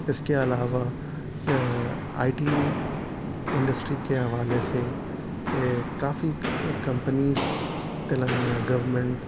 اس کے علاوہ I T industry کے حوالے سے کافی کمپنیز تلنگانہ گورنمنٹ